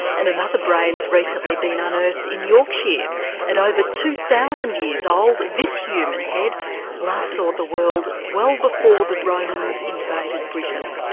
and another brain's recently been unearthed in yorkshire at over two thousand years old, this human head last saw the world well before the romans invaded britain.